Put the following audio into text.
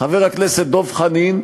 חבר הכנסת דב חנין,